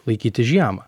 laikyti žiemą